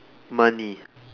money